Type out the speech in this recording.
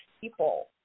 people